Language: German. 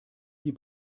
die